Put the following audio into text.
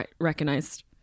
recognized